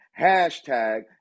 hashtag